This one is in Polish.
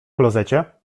klozecie